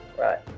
right